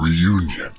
Reunion